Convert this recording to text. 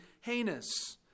heinous